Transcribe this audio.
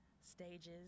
stages